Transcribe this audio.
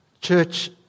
Church